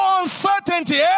uncertainty